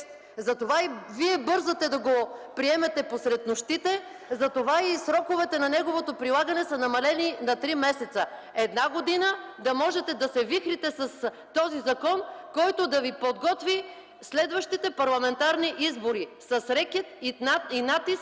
Затова и Вие бързате да го приемете посред нощите, затова и сроковете на неговото прилагане са намалели на три месеца, една година да можете да се вихрите с този закон, който да Ви подготви следващите парламентарни избори – с рекет и с натиск